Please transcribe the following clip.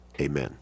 amen